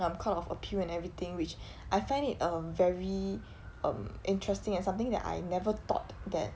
um court of appeal and everything which I find it um very um interesting and something that I never thought that